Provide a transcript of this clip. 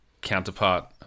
counterpart